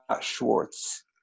Schwartz